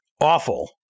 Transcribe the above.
awful